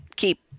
keep